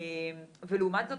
לעומת זאת,